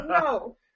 No